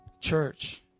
Church